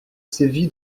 sévi